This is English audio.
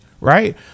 Right